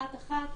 אחת אחת,